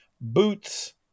Boots